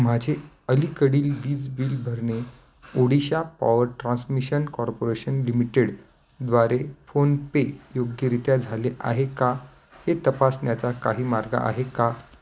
माझे अलीकडील वीज बिल भरणे ओडिशा पॉवर ट्रान्समिशन कॉर्पोरेशन लिमिटेडद्वारे फोनपे योग्यरित्या झाले आहे का हे तपासण्याचा काही मार्ग आहे का